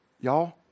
Y'all